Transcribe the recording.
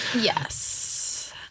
yes